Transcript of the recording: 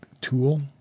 tool